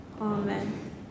Amen